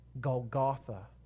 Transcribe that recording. Golgotha